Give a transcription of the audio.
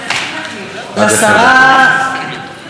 עד עשר דקות.